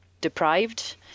deprived